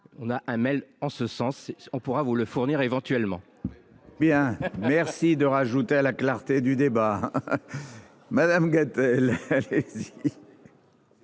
On a un mail en ce sens on pourra vous le fournir éventuellement. Bien merci de rajouter à la classe. Du débat. Madame Gatel. Merci